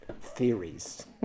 theories